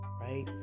right